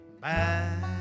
back